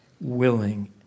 willing